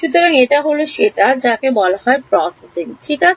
সুতরাং এটা হল সেটা যাকে বলা হয় প্রক্রিয়াজাতকরণ ঠিক আছে